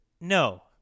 No